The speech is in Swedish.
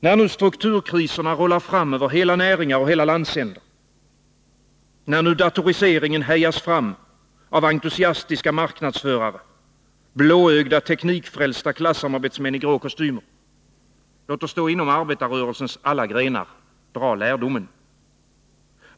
När nu strukturkriserna rullar fram över hela näringar och hela landsändar, när nu datoriseringen hejas fram av entusiastiska marknadsförare, blåögda teknikfrälsta klassamarbetsmän i grå kostymer — låt oss då inom arbetarrörelsens alla grenar dra lärdomen!